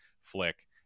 flick